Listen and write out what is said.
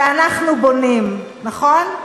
ואנחנו בונים, נכון?